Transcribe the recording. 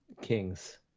Kings